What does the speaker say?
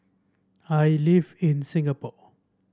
I live in Singapore